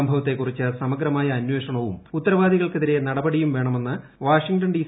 സംഭവത്തെക്കുറിച്ച് സമഗ്രമായ അന്വേഷണവും ഉത്തരവാദികൾക്കെതിരെ നടപടിയും വേണമെന്ന് വാഷിംഗ്ടൺ ഡി